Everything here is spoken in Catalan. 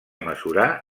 mesurar